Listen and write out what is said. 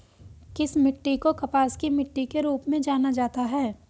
किस मिट्टी को कपास की मिट्टी के रूप में जाना जाता है?